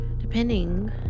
depending